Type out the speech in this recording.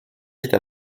vite